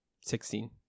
Sixteen